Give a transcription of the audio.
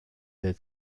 der